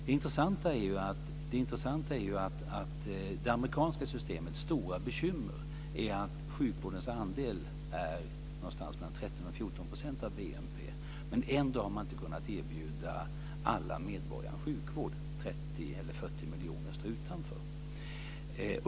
Det intressanta är att det amerikanska systemets stora bekymmer är att sjukvårdens andel är någonstans mellan 13 och 14 % av BNP men att man ändå inte har kunnat erbjuda alla medborgare sjukvård. 30 eller 40 miljoner av dem står utanför.